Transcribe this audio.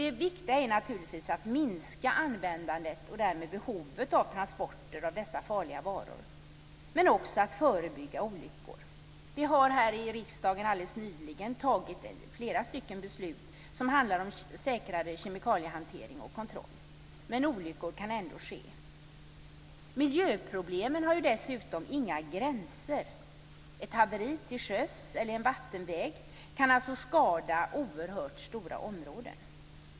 Det viktiga är naturligtvis att minska användandet och därmed behovet av transporter av dessa farliga varor, men också att förebygga olyckor. Vi har här i riksdagen alldeles nyligen fattat flera beslut som handlar om säkrare kemikaliehantering och kontroll, men olyckor kan ändå ske. Miljöproblemen har dessutom inga gränser. Ett haveri till sjöss eller på en vattenväg kan skada oerhört stora områden.